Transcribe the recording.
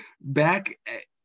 back